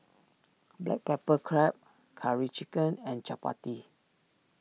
Black Pepper Crab Curry Chicken and Chappati